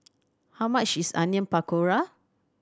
how much is Onion Pakora